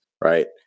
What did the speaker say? right